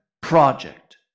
Project